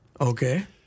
Okay